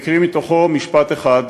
והקריא מתוכו משפט אחד: